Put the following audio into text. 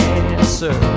answer